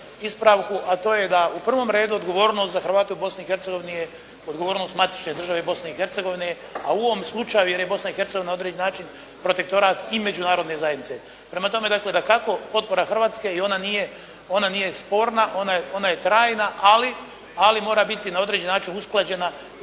ispravku, a to je da u prvom redu odgovornost za Hrvate u Bosni i Hercegovini je odgovornost matične države Bosne i Hercegovine, a u ovom slučaju jer je Bosna i Hercegovina protektorat i međunarodne zajednice. Prema tome dakako potpora Hrvatske i ona nije sporna, ona je trajna, ali mora biti na određeni način usklađena